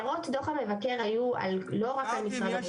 הערות דו"ח המבקר היו על לא רק על משרד הבריאות,